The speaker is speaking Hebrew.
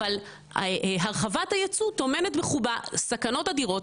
אבל הרחבת הייצוא טומנת בחובה סכנות אדירות